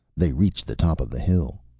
they reached the top of the hill.